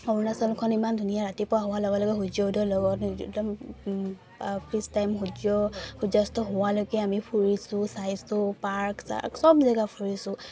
অৰুণাচলখন ইমান ধুনীয়া ৰাতিপুৱা হোৱাৰ লগে লগে সূৰ্য উদয়ৰ লগত একদম পিছ টাইম সূৰ্য সূৰ্য্যাস্ত হোৱালৈকে আমি ফুৰিছো চাইছো পাৰ্ক চাৰ্ক চব জেগা ফুৰিছো